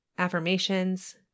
affirmations